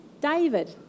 David